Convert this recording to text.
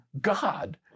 God